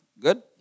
Good